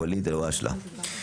וואליד אלוואהשלה.